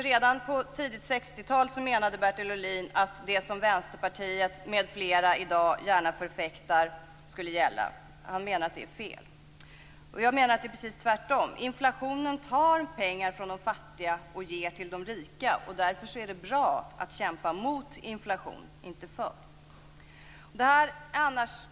Redan på tidigt 60-tal menade alltså Bertil Ohlin att det som Vänsterpartiet m.fl. i dag gärna förfäktar är fel. Jag menar ta det är precis tvärtom. Inflationen tar pengar från de fattiga och ger till de rika. Därför är det bra att kämpa mot inflation, inte för.